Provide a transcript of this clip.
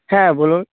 হ্যাঁ বলুন